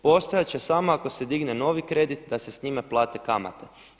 Postojati će samo ako se digne novi kredit da se njime plate kamate.